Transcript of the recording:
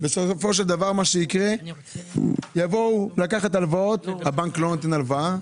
בסופו של דבר מה שיקרה זה שיבואו לקחת הלוואות והבנק לא ייתן הלוואה.